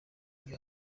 iyo